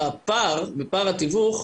בפער התיוך,